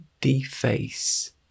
deface